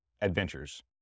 adventures